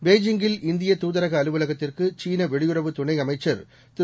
பெய்ஜிங்கில்இந்தியதாதரகஅலுவலகத்திற்குசீனவெளி யுறவுதுணைஅமைச்சர்திரு